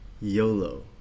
yolo